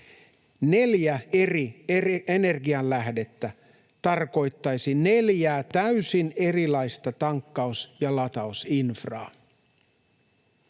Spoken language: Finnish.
Neljä eri energianlähdettä tarkoittaisi neljää täysin erilaista tankkaus‑ ja latausinfraa.